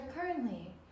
currently